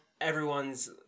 Everyone's